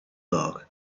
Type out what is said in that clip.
dog